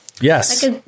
yes